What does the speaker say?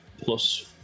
plus